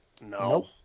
No